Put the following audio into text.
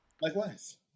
Likewise